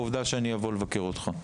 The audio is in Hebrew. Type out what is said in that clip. זה מעבר לעובדה שאני אבוא לבקר אותך.